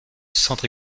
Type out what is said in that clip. centre